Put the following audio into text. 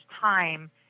time